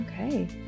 Okay